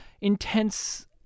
intense